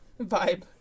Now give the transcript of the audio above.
vibe